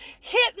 hit